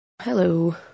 Hello